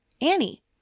Annie